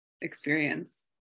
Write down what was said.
experience